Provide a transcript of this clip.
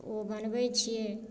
ओ बनबैत छियै